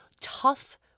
tough